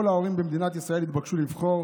כל ההורים במדינת ישראל התבקשו לבחור